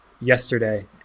yesterday